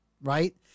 right